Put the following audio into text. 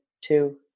two